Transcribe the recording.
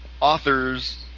authors